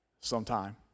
sometime